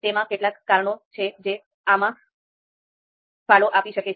તેમાં કેટલાક કારણો છે જે આમાં ફાળો આપી શકે છે